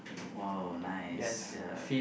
!wow! nice yeah